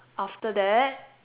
after that